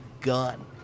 gun